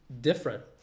different